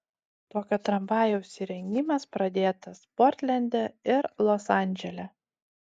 tokio tramvajaus įrengimas pradėtas portlende ir los andžele